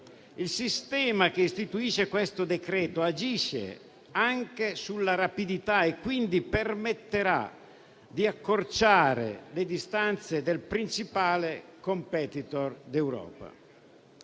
Il sistema che istituisce questo decreto-legge agisce anche sulla rapidità e, quindi, permetterà di accorciare le distanze del principale *competitor* d'Europa.